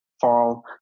fall